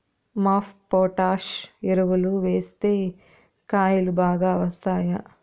MOP potash ఎరువులు వేస్తే కాయలు బాగా వస్తాయా?